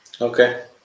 Okay